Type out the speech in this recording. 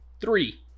Three